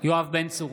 יואב בן צור,